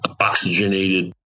oxygenated